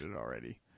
already